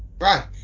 Right